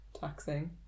Taxing